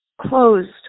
closed